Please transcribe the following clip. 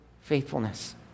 faithfulness